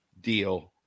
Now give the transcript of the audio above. deal